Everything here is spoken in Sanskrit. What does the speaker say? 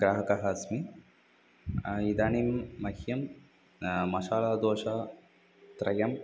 ग्राहकः अस्मि इदानीं मह्यं मशालादोशा त्रयम्